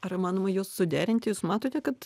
ar įmanoma juos suderinti jūs matote kad